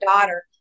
daughter